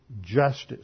justice